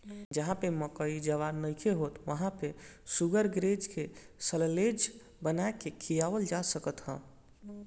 जहवा पे मकई ज्वार नइखे होत वहां पे शुगरग्रेज के साल्लेज बना के खियावल जा सकत ह